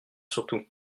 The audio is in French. surtout